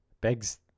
Begs